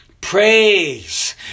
praise